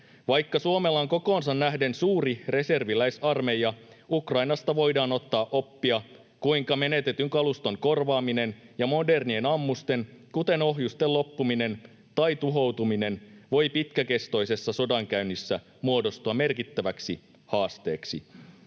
Vaikka Suomella on kokoonsa nähden suuri reserviläisarmeija, Ukrainasta voidaan ottaa oppia, kuinka menetetyn kaluston korvaaminen ja modernien ammusten, kuten ohjusten, loppuminen tai tuhoutuminen voi pitkäkestoisessa sodankäynnissä muodostua merkittäväksi haasteeksi.